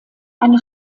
eine